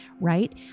right